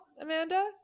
Amanda